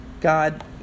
God